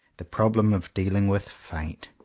the problem of dealing with fate.